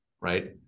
right